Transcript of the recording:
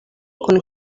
kun